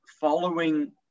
following